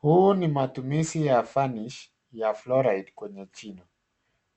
Huu ni matumishi ya furnish ya fluoride kwenye jino.